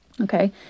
Okay